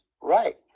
Right